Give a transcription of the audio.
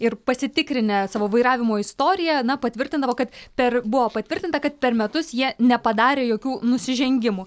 ir pasitikrinę savo vairavimo istoriją na patvirtindavo kad per buvo patvirtinta kad per metus jie nepadarė jokių nusižengimų